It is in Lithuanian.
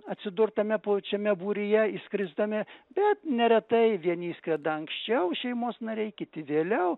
atsidurt tame pačiame būryje išskrisdami bet neretai vieni išskrenda anksčiau šeimos nariai kiti vėliau